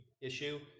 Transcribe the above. issue